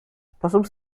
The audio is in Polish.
sposób